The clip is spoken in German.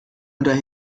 oder